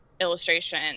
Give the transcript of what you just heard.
illustration